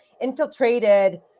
infiltrated